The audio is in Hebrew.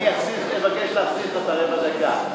אני אבקש להחזיר לך את רבע הדקה.